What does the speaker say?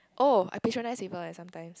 oh I patronise saver eh sometimes